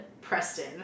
Preston